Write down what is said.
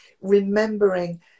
remembering